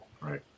right